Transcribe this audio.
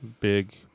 Big